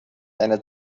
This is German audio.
einer